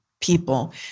people